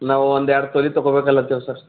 ನಾವು ಒಂದೆರಡು ತೊಲ ತಗೊಬೇಕು ಅನ್ಲತ್ತಿವಿ ಸರ್